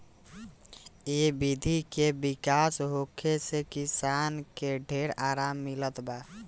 ए विधि के विकास होखे से किसान के ढेर आराम मिलल बा